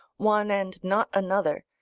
one and not another,